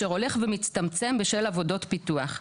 אשר הולך ומצטמצם בשל עבודות פיתוח.